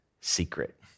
secret